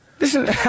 Listen